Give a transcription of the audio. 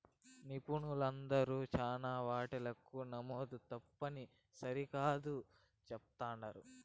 నిపుణులందరూ శానా వాటాలకు నమోదు తప్పుని సరికాదని చెప్తుండారు